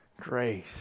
grace